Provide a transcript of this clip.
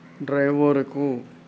డ్రైవరుకు